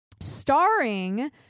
starring